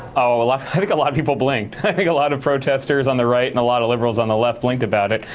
oh, i think a lot of people blinked. i think a lot of protesters on the right and a lot of liberals on the left blinked about it.